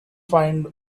find